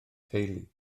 teulu